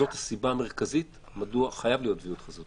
זאת הסיבה המרכזית מדוע חייבת להיות היוועדות חזותית.